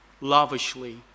lavishly